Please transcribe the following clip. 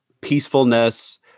peacefulness